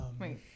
Wait